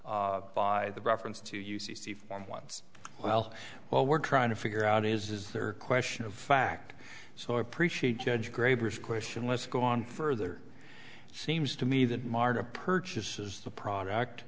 lie by the reference to u c c form once well what we're trying to figure out is is there a question of fact so i appreciate judge graber is question let's go on further seems to me that martha purchases the product